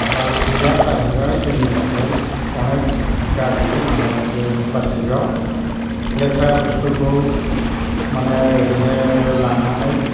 प्लास्टिका जाहैबाय जोंनि थाखाय अनेक गाज्रि माने बे प्लास्टिकाव लेथ्रा बुस्तुखौ माने ओरैनो लांनानै